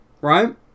right